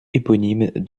éponyme